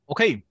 Okay